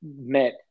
met